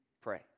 pray